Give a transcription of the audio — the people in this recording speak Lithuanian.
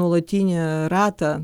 nuolatinį ratą